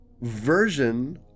version